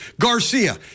Garcia